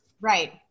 Right